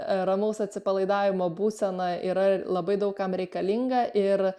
ramaus atsipalaidavimo būsena yra labai daug kam reikalinga ir